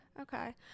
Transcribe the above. Okay